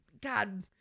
God